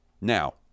Now